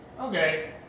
Okay